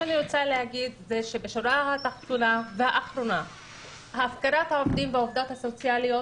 בשורה התחתונה הפקרת העובדות והעובדים הסוציאליים